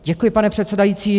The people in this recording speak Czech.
Děkuji, pane předsedající.